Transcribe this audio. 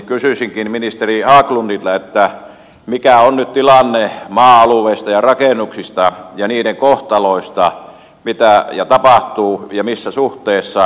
kysyisinkin ministeri haglundilta mikä on nyt tilanne maa alueiden ja rakennusten ja niiden kohtaloiden osalta mitä tapahtuu ja missä suhteessa